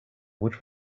would